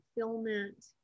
fulfillment